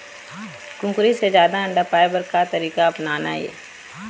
कुकरी से जादा अंडा पाय बर का तरीका अपनाना ये?